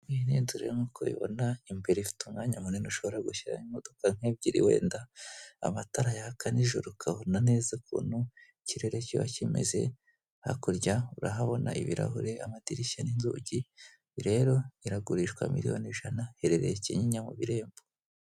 Iyi n'inzu rero nkuko ubibona, imbere ifite umwanya munini ushobora gushyiramo imodoka nk'ebyiri wenda, amatara yaka nijoro ukabona neza ukuntu ikirere kiba kimeze, hakurya urahabona ibirahure, amadirishya n'inzugi, rero iragurishwa miriyoni ijana. Iherereye Kinyinya mu birembo.